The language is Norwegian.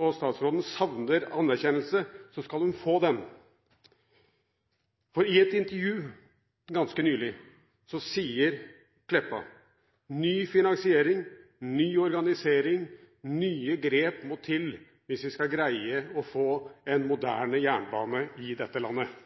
og statsråden savner anerkjennelse, så skal hun få den, for i et intervju ganske nylig sier Meltveit Kleppa: Ny finansiering, ny organisering, nye grep må til hvis vi skal greie å få en moderne jernbane i dette landet –